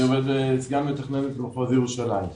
סגן מתכנן מחוז ירושלים.